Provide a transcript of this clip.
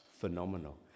phenomenal